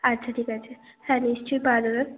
আচ্ছা ঠিক আছে হ্যাঁ নিশ্চয়ই পাওয়া যাবে